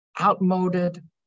outmoded